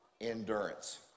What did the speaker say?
endurance